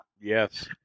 Yes